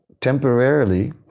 temporarily